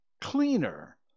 cleaner